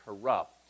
corrupt